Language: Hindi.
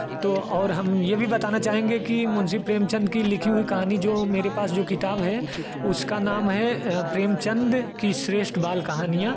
और हम यह भी बताना चाहेंगे कि मुंशी प्रेमचंद की लिखी हुई कहानी जो मेरे पास जो किताब है उसका नाम है प्रेमचंद की श्रेष्ठ बाल कहानियाँ